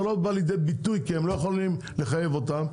לא בא לידי ביטוי כי הם לא יכולים לחייב אותם,